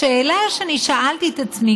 השאלה שאני שאלתי את עצמי,